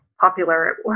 popular